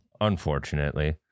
Unfortunately